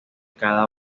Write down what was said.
cada